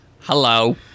Hello